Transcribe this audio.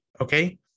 Okay